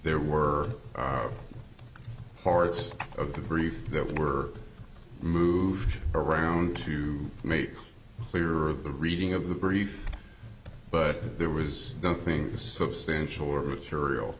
there were are parts of the brief that were moved around to make clear of the reading of the brief but there was nothing substantial worth cereal